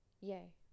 Yay